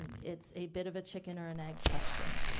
it's a bit of a chicken or an egg question.